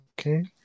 okay